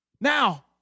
Now